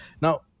Now